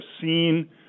seen